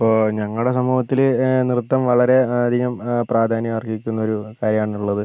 ഇപ്പോൾ ഞങ്ങളുടെ സമൂഹത്തിൽ നൃത്തം വളരെ അധികം പ്രാധാന്യം അർഹിക്കുന്ന ഒരു കാര്യമാണ് ഉള്ളത്